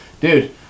dude